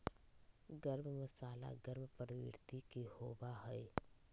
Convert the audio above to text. गर्म मसाला गर्म प्रवृत्ति के होबा हई